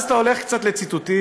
אז אתה הולך קצת לציטוטים,